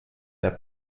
their